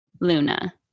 Luna